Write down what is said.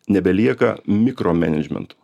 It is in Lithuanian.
nebelieka mikromenedžmentų